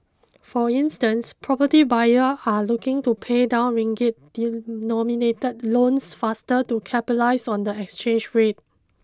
for instance property buyers are looking to pay down Ringgit denominated loans faster to capitalise on the exchange rate